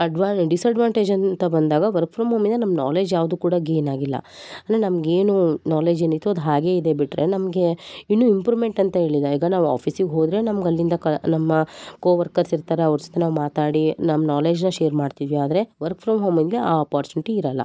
ಅಡ್ವಾನ್ disadvantage ಅಂತ ಬಂದಾಗ work from home ಇಂದ ನಮ್ಮ ನಾಲೆಜ್ ಯಾವುದು ಕೂಡ ಗೇನ್ ಆಗಿಲ್ಲ ಅಂದರೆ ನಮ್ಗೇನು ನಾಲೆಜ್ ಏನಿತ್ತೋ ಅದು ಹಾಗೆ ಇದೆ ಬಿಟ್ಟರೆ ನಮಗೆ ಇನ್ನು ಇಂಪ್ರುಮೆಂಟ್ ಅಂತ ಹೇಳಿಲ್ಲ ಯಾಕಂದರೆ ನಾವು ಆಫೀಸ್ಗೆ ಹೋದರೆ ನಮ್ಗೆ ಅಲ್ಲಿಂದ ಕ ನಮ್ಮ ಕೋವರ್ಕರ್ಸ್ ಇರ್ತಾರೆ ಅವ್ರ ಜೊತೆ ನಾವು ಮಾತಾಡಿ ನಮ್ಮ ನಾಲೆಜ್ನ ಶೇರ್ ಮಾಡ್ತಿವಿ ಆದರೆ ವರ್ಕ್ ಫ್ರಮ್ ಹೋಮ್ ಇಂದ ಆ ಆಪ್ಪೋರ್ಚುನಿಟಿ ಇರೋಲ್ಲ